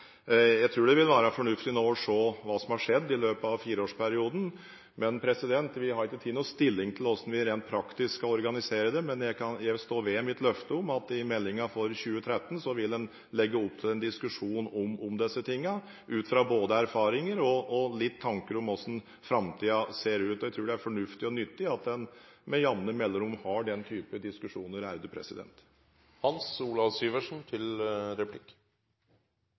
Jeg tror det vil være fornuftig nå å se på hva som har skjedd i løpet av fireåresperioden. Vi har ikke tatt noen stilling til hvordan vi rent praktisk skal organisere det, men jeg står ved mitt løfte om at i meldingen for 2013 vil en legge opp til en diskusjon om disse tingene, ut fra både erfaringer og litt tanker om hvordan framtiden ser ut. Jeg tror det er fornuftig og nyttig at en med jevne mellomrom har den type diskusjoner.